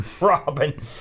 Robin